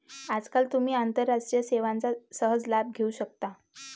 आजकाल तुम्ही आंतरराष्ट्रीय सेवांचा सहज लाभ घेऊ शकता